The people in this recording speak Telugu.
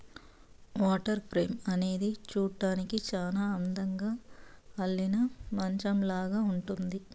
వాటర్ ఫ్రేమ్ అనేది చూడ్డానికి చానా అందంగా అల్లిన మంచాలాగా ఉంటుంది